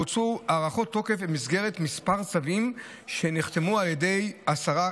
בוצעו הארכות תוקף במסגרת כמה צווים שנחתמו על ידי השרה,